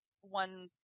one